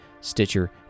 Stitcher